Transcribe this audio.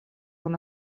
una